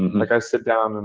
like i sit down. and